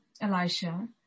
Elisha